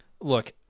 Look